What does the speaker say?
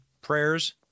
Prayers